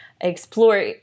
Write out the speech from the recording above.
explore